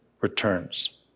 returns